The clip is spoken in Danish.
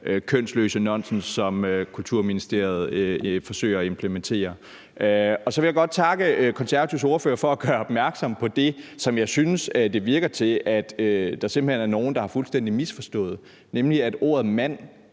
kønsløse nonsens, som Kulturministeriet forsøger at implementere. Så vil jeg godt takke Konservatives ordfører for at gøre opmærksom på det, som jeg synes det lyder som om der simpelt hen er nogle der fuldstændig har misforstået, nemlig at ordet mand